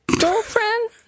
girlfriend